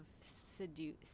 seduce